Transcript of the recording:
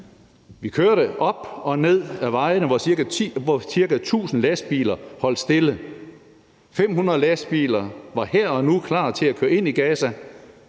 Vi kørte op og ned ad vejene, hvor ca. 1.000 lastbiler holdt stille. 500 lastbiler var her og nu klar til at køre ind i Gaza,